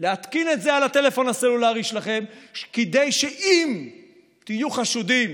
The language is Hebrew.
להתקין את זה על הטלפון הסלולרי שלכם כדי שאם תהיו חשודים